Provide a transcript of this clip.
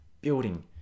building